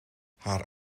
haar